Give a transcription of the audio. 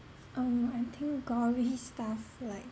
um I think gory stuff like